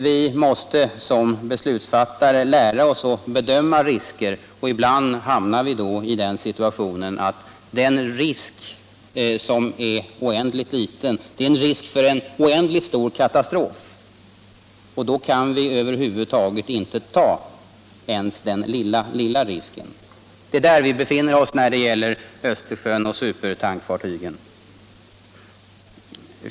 Vi måste som beslutsfattare lära oss att bedöma risker, och ibland hamnar vi då i den situationen att den risk som är oändligt liten kan medföra en oändligt stor katastrof. Då kan vi inte ta ens den lilla, lilla risken. Det är där vi befinner oss när det gäller Östersjön och supertankfartygen.